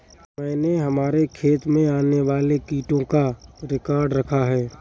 मैंने हमारे खेत में आने वाले कीटों का रिकॉर्ड रखा है